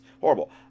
horrible